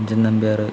Kunchan Nambiar